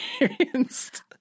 experienced